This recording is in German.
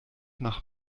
nach